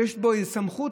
שיש לו איזו סמכות.